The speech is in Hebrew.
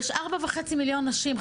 יש 4.5 מיליון נשים,